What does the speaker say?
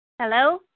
Hello